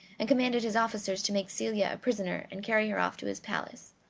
and commanded his officers to make celia a prisoner and carry her off to his palace.